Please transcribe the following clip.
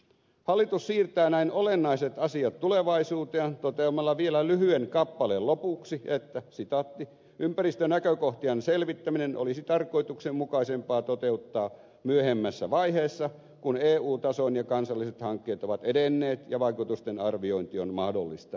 hallitus siirtää näin olennaiset asiat tulevaisuuteen toteamalla vielä lyhyen kappaleen lopuksi että ympäristönäkökohtien selvittäminen olisi tarkoituksenmukaisempaa toteuttaa myöhemmässä vaiheessa kun eu tason ja kansalliset hankkeet ovat edenneet ja vaikutusten arviointi on mahdollista